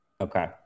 Okay